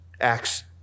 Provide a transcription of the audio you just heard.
Acts